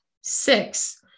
six